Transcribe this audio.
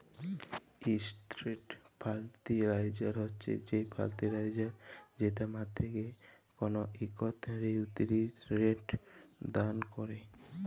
straight fertiliser হছে সে fertiliser যেট মাটিকে কল ইকট লিউটিরিয়েল্ট দাল ক্যরে